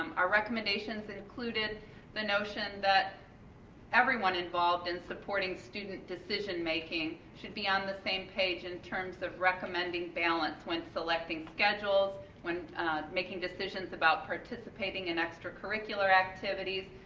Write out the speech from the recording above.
our recommendations included the notions that everyone involved in supporting student decisions making should be on the same page in terms of recommending balance when selecting schedules, when making decisions about participating in extracurricular activities.